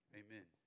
amen